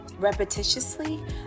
repetitiously